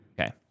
Okay